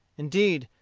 indeed,